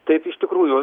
taip iš tikrųjų